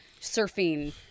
surfing